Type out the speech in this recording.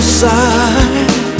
side